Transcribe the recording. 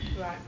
Right